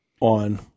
on